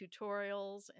tutorials